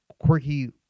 quirky